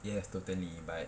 yes totally but